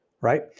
Right